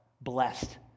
blessed